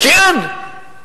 כי אין,